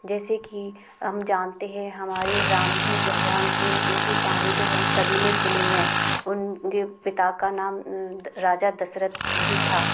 जैसे की हम जानते हैं हमारे राम जी भगवान थे उनकी कहानी तो हम सभी ने सुनी है उनके पिता का नाम राजा दशरथ जी था